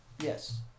yes